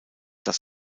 das